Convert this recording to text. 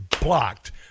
blocked